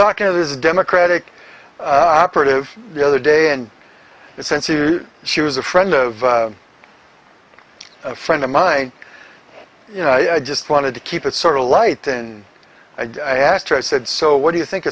talking to this democratic operative the other day and essentially she was a friend of a friend of mine you know i just wanted to keep it sort of light and i asked her i said so what do you think